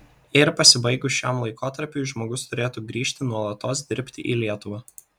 ir pasibaigus šiam laikotarpiui žmogus turėtų grįžti nuolatos dirbti į lietuvą